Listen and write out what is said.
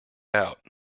out